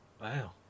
Wow